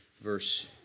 verse